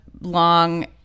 long